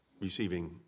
receiving